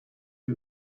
you